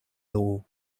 law